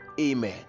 Amen